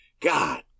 God